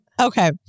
okay